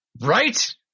Right